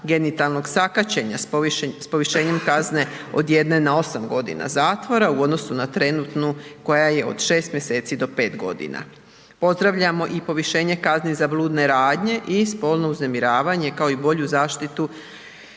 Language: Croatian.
genitalnog sakaćenja s povišenjem kazne od 1 na 8 godina zatvora u odnosu na trenutnu, koja je od 6 mjeseci do 5 godina. Pozdravljamo i povišenje kazne za bludnje radne i spolno uznemiravanje, kao i bolju zaštitu